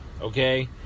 okay